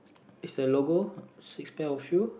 is a logo six pair of shoe